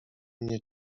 mnie